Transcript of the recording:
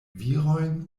virojn